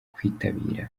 kwitabira